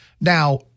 Now